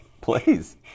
Please